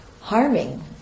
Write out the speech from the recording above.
harming